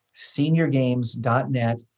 seniorgames.net